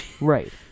Right